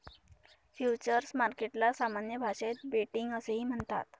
futures मार्केटला सामान्य भाषेत बेटिंग असेही म्हणतात